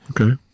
okay